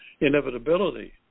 inevitability